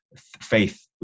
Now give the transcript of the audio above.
faith